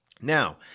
Now